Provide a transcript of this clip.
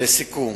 לסיכום: